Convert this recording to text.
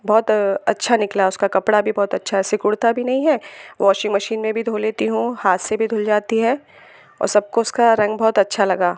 बहुत अच्छा निकला उसका कपड़ा भी बहुत अच्छा है सिकुड़ता भी नहीं है वाशिंग मशीन में भी धो लेती हूँ हाथ से भी धुल जाती है और सबको उसका रंग बहुत अच्छा लगा